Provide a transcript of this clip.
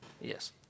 Yes